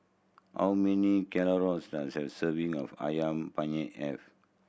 how many calories does a serving of Ayam Penyet have